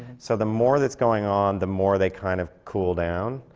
so the more that's going on, the more they kind of cool down?